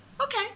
Okay